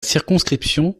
circonscription